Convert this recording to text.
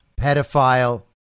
pedophile